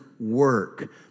Work